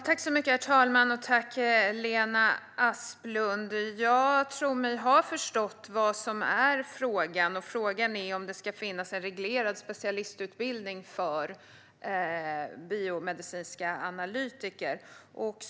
Herr talman! Tack, Lena Asplund! Jag tror mig ha förstått vad frågan är: om det ska finnas en reglerad specialistutbildning för biomedicinska analytiker.